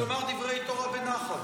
שתאמר דברי תורה בנחת.